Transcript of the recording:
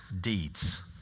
deeds